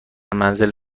منزل